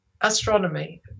astronomy